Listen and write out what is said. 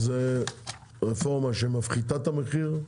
זאת רפורמה שמפחיתה את המחירים,